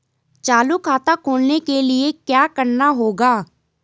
चालू खाता खोलने के लिए क्या करना होगा?